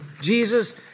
Jesus